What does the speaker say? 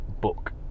book